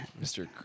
Mr